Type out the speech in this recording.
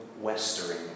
westering